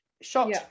shot